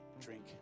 drink